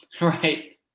right